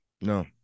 no